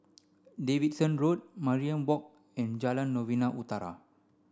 Davidson Road Mariam Walk and Jalan Novena Utara